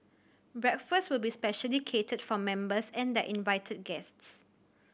breakfast will be specially catered for members and their invited guests